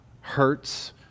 hurts